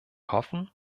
hoffen